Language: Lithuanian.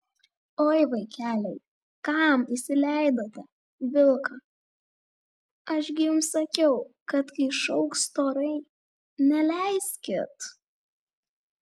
oi vaikeliai kam įsileidote vilką aš gi jums sakiau kad kai šauks storai neleiskit